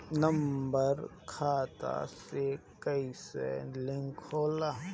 Number खाता से कईसे लिंक होई?